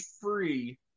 free